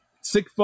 sick